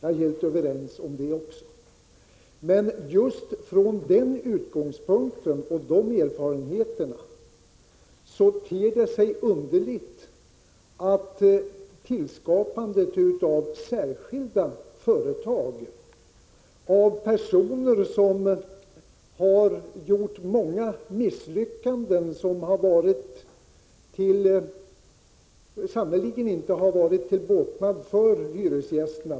Även på den punkten är vi helt överens. Men just med utgångspunkt i dessa erfarenheter ter det sig underligt att man tillskapar särskilda företag. Här gäller det ju personer som har gjort många misslyckanden, som sannerligen inte har varit till båtnad för hyresgästerna.